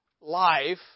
life